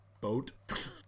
boat